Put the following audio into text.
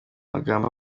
amagambo